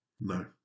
No